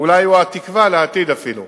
אולי הוא התקווה לעתיד אפילו,